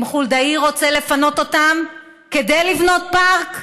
אם חולדאי רוצה לפנות אותם כדי לבנות פארק,